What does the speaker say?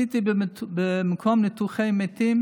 במקום ניתוחי מתים